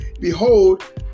Behold